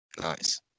Nice